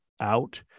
out